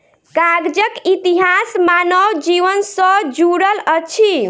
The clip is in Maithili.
कागजक इतिहास मानव जीवन सॅ जुड़ल अछि